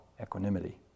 equanimity